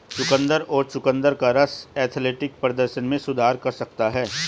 चुकंदर और चुकंदर का रस एथलेटिक प्रदर्शन में सुधार कर सकता है